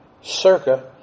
circa